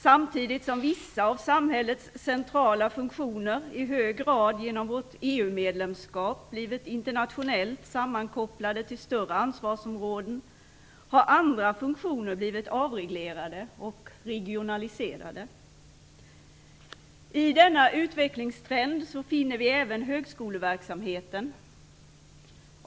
Samtidigt som vissa av samhällets centrala funktioner i hög grad genom vårt EU-medlemskap blivit internationellt sammankopplade till större ansvarsområden har andra funktioner blivit avreglerade och regionaliserade. I denna utvecklingstrend finner vi även högskoleverksamheten.